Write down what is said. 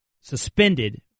suspended